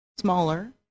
smaller